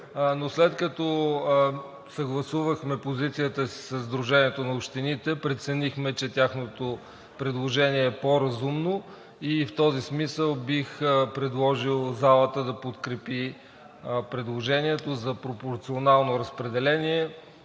но след като съгласувахме позицията си със Сдружението на общините, преценихме, че тяхното предложение е по-разумно. В този смисъл бих предложил залата да подкрепи предложението за пропорционално разпределение.